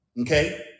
okay